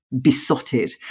besotted